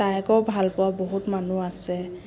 তাইকো ভাল পাওঁ বহুত মানুহ আছে